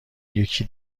یکی